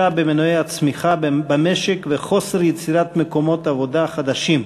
במנועי הצמיחה במשק וחוסר יצירת מקומות עבודה חדשים.